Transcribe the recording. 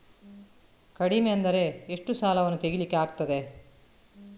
ಕಡಿಮೆ ಅಂದರೆ ಎಷ್ಟು ಸಾಲವನ್ನು ತೆಗಿಲಿಕ್ಕೆ ಆಗ್ತದೆ?